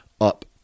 up